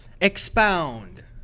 Expound